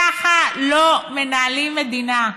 ככה לא מנהלים מדינה.